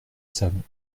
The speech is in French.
salon